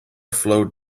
flowed